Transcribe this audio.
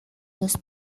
los